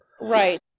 Right